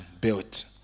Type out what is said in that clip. built